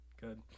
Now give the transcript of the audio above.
good